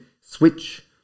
switch